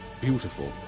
beautiful